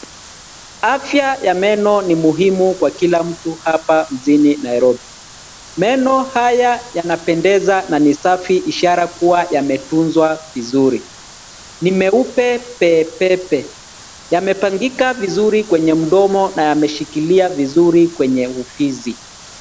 Afya ya meno ni muhimu kwa kila mtu hapa mjini Nairobi. Meno haya yanapendeza na ni safi ishara kuwa yametunzwa vizuri. Ni meupe pe pe pe. Yamepangika vizuri kwenye mdomo na yameshikilia vizuri kwenye ufizi.